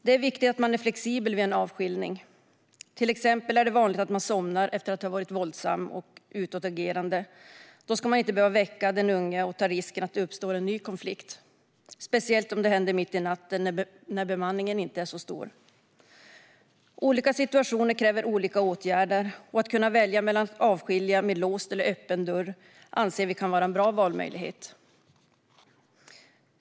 Det är viktigt att man är flexibel vid en avskiljning. Till exempel är det vanligt att en intagen somnar efter att ha varit våldsam och utåtagerande. Då ska man inte behöva väcka den unge och ta risken att det uppstår en ny konflikt, speciellt inte om det händer mitt i natten när bemanningen inte är så stor. Olika situationer kräver olika åtgärder. Att kunna välja mellan att avskilja med låst dörr eller avskilja med öppen dörr anser vi kan vara en bra valmöjlighet.